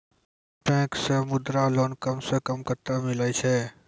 Bank से Mudra loan कम सऽ कम कतैय मिलैय छै?